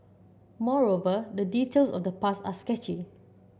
moreover the details of the past are sketchy